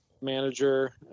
manager